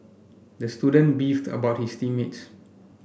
the student beefed about his team mates